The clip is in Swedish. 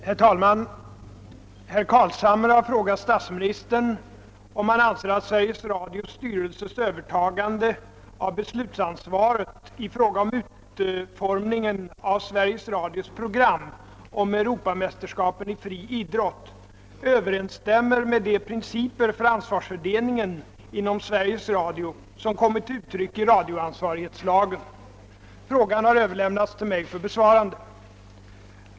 Herr talman! Herr Carlshamre har frågat statsministern om han anser att Sveriges Radios styrelses övertagande av beslutsansvaret i fråga om utformningen av Sveriges Radios program om Europamästerskapen i fri idrott överensstämmer med de principer för ansvarsfördelningen inom Sveriges Radio som kommit till uttryck i radioansvarighetslagen. Frågan har överlämnats till mig för besvarande.